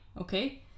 Okay